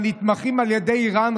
הנתמכים על ידי איראן,